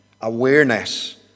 awareness